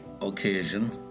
occasion